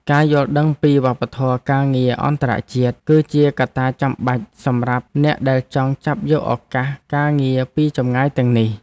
ការយល់ដឹងពីវប្បធម៌ការងារអន្តរជាតិ គឺជាកត្តាចាំបាច់សម្រាប់អ្នកដែលចង់ចាប់យកឱកាសការងារពីចម្ងាយទាំងនេះ។